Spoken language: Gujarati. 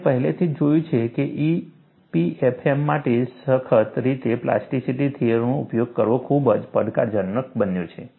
આપણે પહેલેથી જ જોયું છે કે EPFM માટે સખત રીતે પ્લાસ્ટિસિટી થિયરીનો ઉપયોગ કરવો ખૂબ જ પડકારજનક બનશે